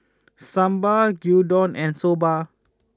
Sambar Gyudon and Soba